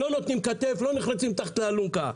לא נותנים כתף, לא נחלצים תחת האלונקה.